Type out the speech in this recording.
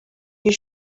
you